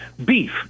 Beef